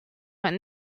where